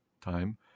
time